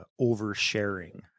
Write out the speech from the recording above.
oversharing